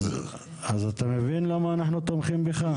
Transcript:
אז, אז אתה מבין למה אנחנו תומכים בך?